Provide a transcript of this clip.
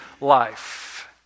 life